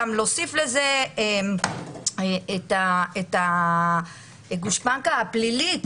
גם להוסיף לזה את הגושפנקא הפלילית,